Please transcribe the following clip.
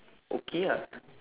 okay ah